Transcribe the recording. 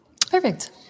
Perfect